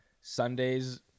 Sunday's